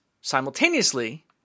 simultaneously